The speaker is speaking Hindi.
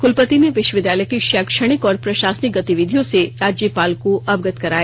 कुलपति ने विश्वविद्यालय की शैक्षणिक और प्रसाशनिक गतिविधियों से राज्यपाल को अवगत कराया